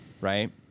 right